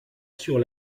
sur